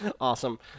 Awesome